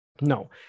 No